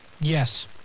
yes